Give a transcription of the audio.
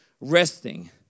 resting